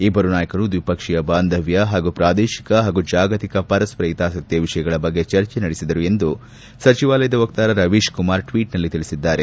ಇಬ್ಬರು ನಾಯಕರು ದ್ವಿಪಕ್ಷೀಯ ಬಾಂಧವ್ಯ ಹಾಗು ಪ್ರಾದೇಶಿಕ ಹಾಗೂ ಜಾಗತಿಕ ಪರಸ್ಪರ ಹಿತಾಸಕ್ತಿಯ ವಿಷಯಗಳ ಬಗ್ಗೆ ಚರ್ಚೆ ನಡೆಸಿದರು ಎಂದು ಸಚಿವಾಲಯದ ವಕ್ತಾರ ರವೀಶ್ ಕುಮಾರ್ ಟ್ವೀಟ್ನಲ್ಲಿ ತಿಳಿಸಿದ್ದಾರೆ